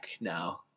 now